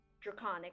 draconic